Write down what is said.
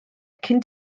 cyn